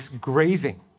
grazing